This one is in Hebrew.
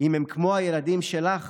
אם הם כמו הילדים שלך,